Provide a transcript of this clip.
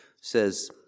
says